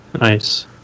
Nice